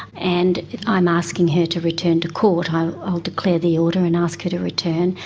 and i'm asking her to return to court, i'll declare the order and ask her to return.